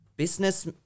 business